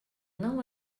não